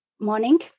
morning